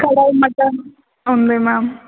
కళా మటన్ ఉంది మ్యామ్